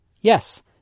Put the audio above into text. Yes